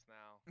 now